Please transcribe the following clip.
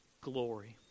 glory